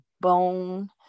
bone